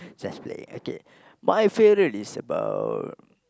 just play okay my favourite is about